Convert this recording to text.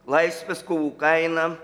laisvės kovų kaina